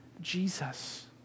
Jesus